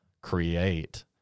create